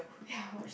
yeah I watched